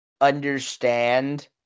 understand